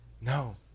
No